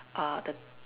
uh the